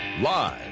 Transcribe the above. Live